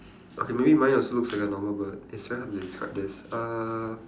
okay maybe mine also looks like a normal bird it's very hard to describe this uh